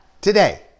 today